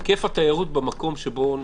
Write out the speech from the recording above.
היקף התיירות במקום.